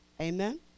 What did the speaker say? Amen